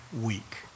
week